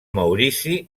maurici